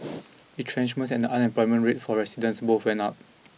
retrenchments and the unemployment rate for residents both went up